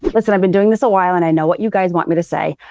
listen, i've been doing this a while and i know what you guys want me to say.